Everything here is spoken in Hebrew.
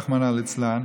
רחמנא ליצלן,